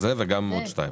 זה וגם עוד שתיים.